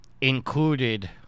included